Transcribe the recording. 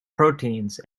proteins